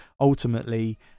ultimately